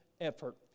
effort